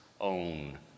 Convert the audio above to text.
own